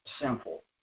simple